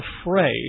afraid